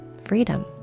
freedom